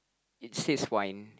it says wine